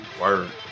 Word